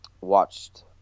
watched